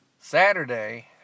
Saturday